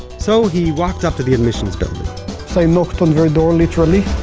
so he walked up to the admissions building so i knocked on their door literally.